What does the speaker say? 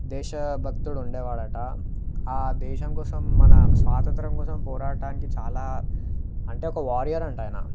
దేశభక్తుడు ఉండేవాడట ఆ దేశం కోసం మన స్వాతంత్రం కోసం పోరాటానికి చాలా అంటే ఒక వారియర్ అంట ఆయన